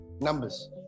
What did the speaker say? numbers